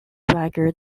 dagger